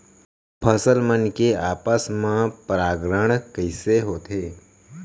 फसल मन के आपस मा परागण कइसे होथे?